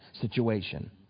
situation